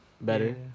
better